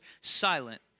silent